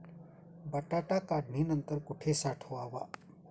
बटाटा काढणी नंतर कुठे साठवावा?